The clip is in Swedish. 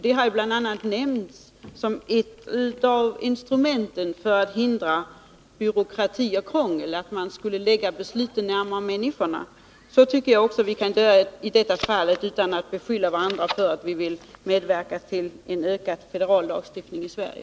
Det har bl.a. 10 december 1981 nämnts som ett av instrumenten för att hindra byråkrati och krångel — att lägga besluten nära människorna. Så tycker jag vi kan göra också i detta fall, utan att beskylla varandra för att vilja medverka till en ökad federal lagstiftning i Sverige.